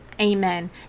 amen